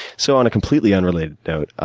so, on a completely unrelated note,